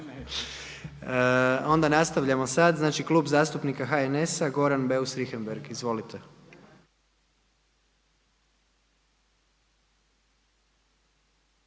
Onda nastavljamo sad. Znači Klub zastupnika HNS-a, Goran Beus Richembergh, izvolite.